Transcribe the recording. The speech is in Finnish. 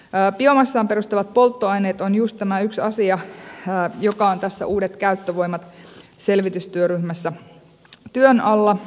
biomassaan perustuvat polttoaineet on just tämä yksi asia joka on tässä uusien käyttövoimien selvitystyöryhmässä työn alla